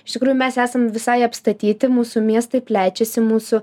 iš tikrųjų mes esam visai apstatyti mūsų miestai plečiasi mūsų